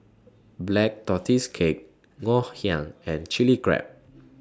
Black Tortoise Cake Ngoh Hiang and Chili Crab